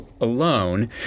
alone